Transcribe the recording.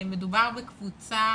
מדובר בקבוצה